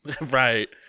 right